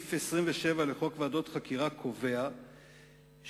סעיף 27 לחוק ועדות חקירה קובע שהוצאות